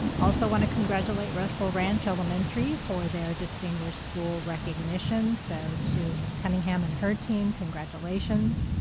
also want to congratulate russell ranch elementary for their distinguished school recognition. so to miss cunningham and her team, congratulations.